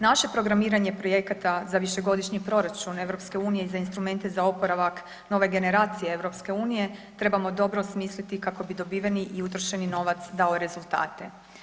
Naše projektiranje projekata za višegodišnji proračun EU za instrumente za oporavak Nove generacije EU trebamo dobro smisliti kako bi dobiveni i utrošeni novac dao rezultate.